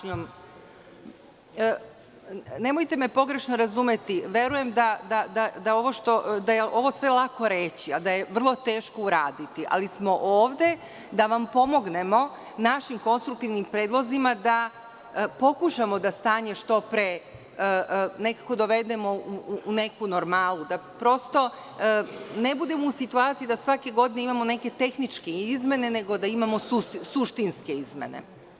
Nemojte me pogrešno razumeti, verujem da je ovo sve lako reći, a da je vrlo teško uraditi, ali smo ovde da vam pomognemo našim konstruktivnim predlozima, da pokušamo da stanje što pre dovedemo u neku normalu, da prosto ne budemo u situaciji da svake godine imamo neke tehničke izmene, nego da imamo suštinske izmene.